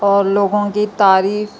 اور لوگوں کی تعریف